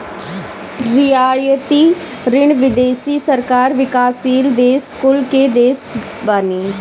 रियायती ऋण विदेशी सरकार विकासशील देस कुल के देत बानी